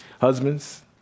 Husbands